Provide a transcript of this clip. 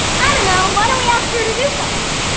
i don't know, why don't we ask her to do something?